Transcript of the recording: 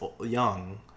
young